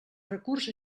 recurs